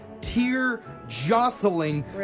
tear-jostling